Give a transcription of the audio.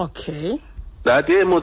Okay